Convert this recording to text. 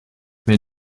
mais